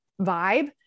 vibe